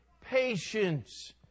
patience